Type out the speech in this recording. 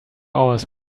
hours